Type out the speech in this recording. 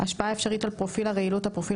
9. השפעה אפשרית על פרופיל הרעילות (הפרופיל